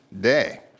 day